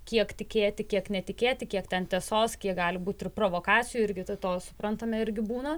kiek tikėti kiek netikėti kiek ten tiesos kiek gali būt ir provokacijų irgi tai to suprantame irgi būna